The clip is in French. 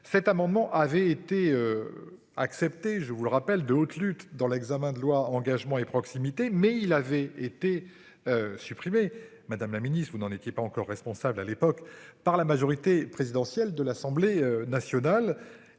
cet amendement avait été. Acceptée, je vous le rappelle, de haute lutte dans l'examen de loi engagement et proximité. Mais il avait été. Supprimé Madame la Ministre, vous n'en étiez pas encore responsable à l'époque par la majorité présidentielle de l'Assemblée nationale